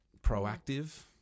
Proactive